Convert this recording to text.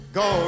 go